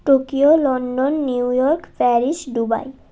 Tokyo London New York Paris Dubai